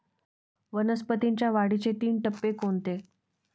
वनस्पतींच्या वाढीचे तीन टप्पे कोणते?